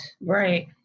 Right